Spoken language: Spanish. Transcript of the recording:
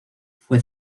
fue